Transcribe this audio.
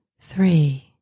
three